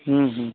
ᱦᱩᱸ ᱦᱩᱸ